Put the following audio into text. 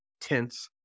tense